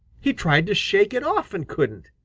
he tried to shake it off and couldn't.